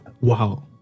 wow